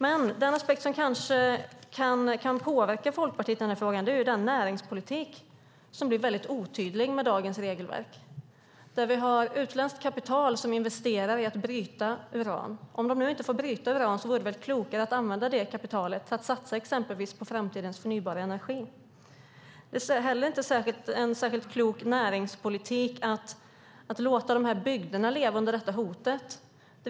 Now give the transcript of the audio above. Men den aspekt som kanske kan påverka Folkpartiet i den här frågan är den näringspolitik som blir väldigt otydlig med dagens regelverk, där utländskt kapital investerar i att bryta uran. Om de nu inte får bryta uran är det väl klokare att använda det kapitalet för att satsa exempelvis på framtidens förnybara energi. Det är inte heller en särskilt klok näringspolitik att låta dessa bygder leva under detta hot.